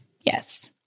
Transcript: Yes